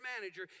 manager